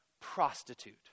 prostitute